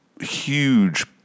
huge